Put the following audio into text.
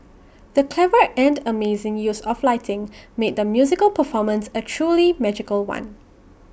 the clever and amazing use of lighting made the musical performance A truly magical one